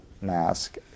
mask